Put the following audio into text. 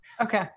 Okay